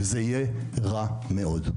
וזה יהיה רע מאוד.